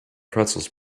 pretzels